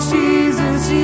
Jesus